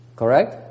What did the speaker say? correct